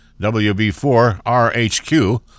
WB4RHQ